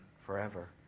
forever